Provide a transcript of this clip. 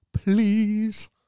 please